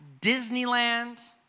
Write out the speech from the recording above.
Disneyland